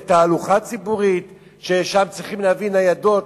תהלוכה ציבורית שצריך להביא ניידות